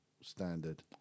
standard